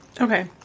Okay